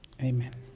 Amen